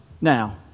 Now